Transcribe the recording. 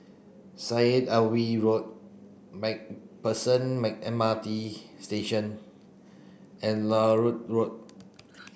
Syed Alwi Road MacPherson M R T Station and Larut Road